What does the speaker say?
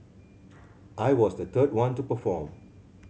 I was the third one to perform